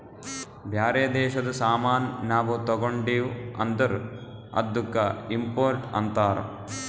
ಬ್ಯಾರೆ ದೇಶದು ಸಾಮಾನ್ ನಾವು ತಗೊಂಡಿವ್ ಅಂದುರ್ ಅದ್ದುಕ ಇಂಪೋರ್ಟ್ ಅಂತಾರ್